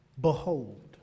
behold